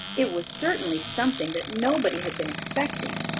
it was certainly something that nobody had been expecting,